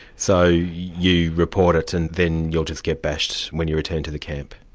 so you report it, and then you'll just get bashed when you return to the camp?